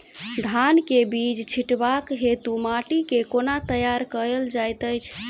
धान केँ बीज छिटबाक हेतु माटि केँ कोना तैयार कएल जाइत अछि?